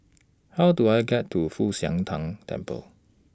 How Do I get to Fu Xi Tang Temple